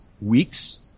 weeks